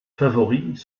favoris